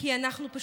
כי אנחנו פשוט,